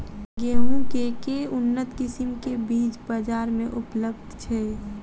गेंहूँ केँ के उन्नत किसिम केँ बीज बजार मे उपलब्ध छैय?